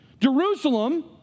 Jerusalem